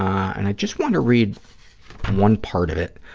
and i just want to read one part of it.